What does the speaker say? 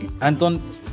anton